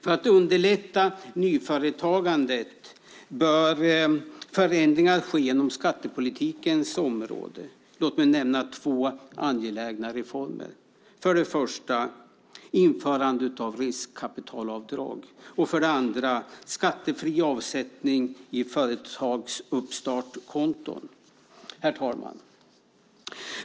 För att underlätta nyföretagandet bör förändringar inom skattepolitikens område ske. Låt mig nämna två angelägna reformer: för det första införande av riskkapitalavdrag och för det andra skattefri avsättning i företagsuppstartskonton. Herr talman!